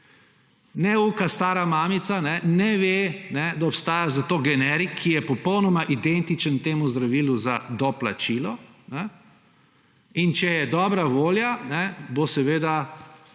Neuka stara mamica ne ve, da obstaja za to generik, ki je popolnoma identičen temu zdravilu za doplačilo. In če je dobra volja, bo seveda javna